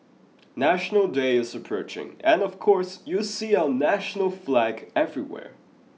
National Day is approaching and of course you'll see our national flag everywhere